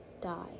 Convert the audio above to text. die